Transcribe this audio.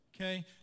okay